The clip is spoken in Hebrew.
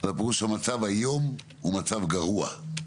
המצב היום גרוע,